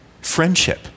friendship